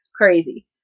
crazy